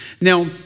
Now